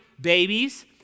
babies